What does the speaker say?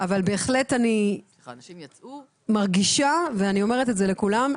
אבל בהחלט אני מרגישה ואני אומרת את זה לכולם,